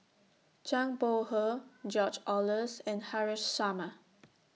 Zhang Bohe George Oehlers and Haresh Sharma